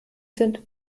sind